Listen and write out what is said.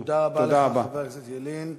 תודה רבה לך, חבר הכנסת ילין.